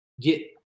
get